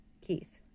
Keith